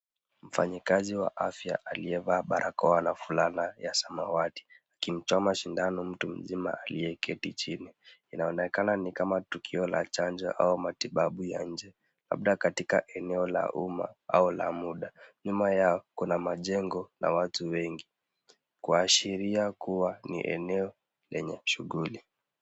Mfanyikazi wa afya aliyevaa barakoa na fulana ya samawati akimchoma sindano mtu mzima aliyeketi chini. Inaonekana ni kama tukio la chanjo au matibabu ya nje labda katika eneo la umma au la muda. Nyuma yao kuna majengo na watu wengi kuashiria kuwa ni eneo lenye shughuli.